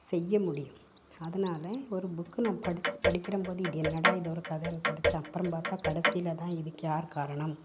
செய்யமுடியும் அதனால ஒரு புக்கு நான் படித்து படிக்கிறபோது இது என்னடா இது ஒரு கதைன்னு படித்தா அப்புறம் பார்த்தா கடைசியில்தான் இதுக்கு யார் காரணம்